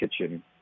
kitchen